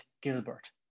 Gilbert